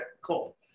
cool